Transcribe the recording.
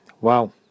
Wow